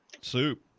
soup